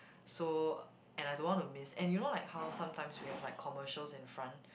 so and I don't want to miss and you know how like sometimes we have like commercials in front